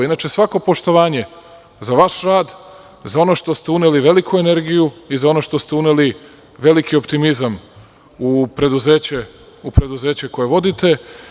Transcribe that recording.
Inače, svako poštovanje za vaš rad, za ono u šta ste uneli veliku energiju i za ono što ste uneli veliki optimizam u preduzeće koje vodite.